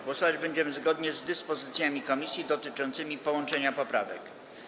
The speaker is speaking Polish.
Głosować będziemy zgodnie z dyspozycjami komisji dotyczącymi połączenia poprawek.